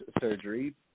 surgery